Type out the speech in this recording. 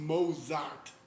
Mozart